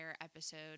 episode